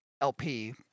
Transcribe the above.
lp